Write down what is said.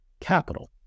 capital